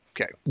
Okay